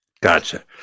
gotcha